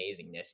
amazingness